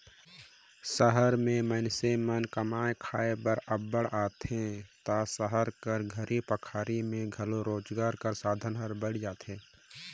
सहर में मइनसे मन कमाए खाए बर अब्बड़ आथें ता सहर कर घरी पखारी में घलो रोजगार कर साधन हर बइढ़ जाथे